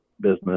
business